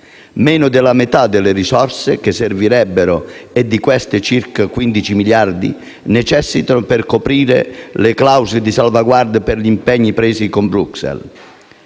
(meno della metà delle risorse che servirebbero) e, di queste, circa 15 miliardi necessitano per coprire le clausole di salvaguardia per gli impegni presi con Bruxelles.